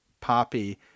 poppy